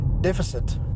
deficit